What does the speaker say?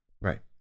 Right